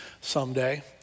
someday